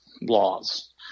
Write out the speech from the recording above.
laws